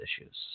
issues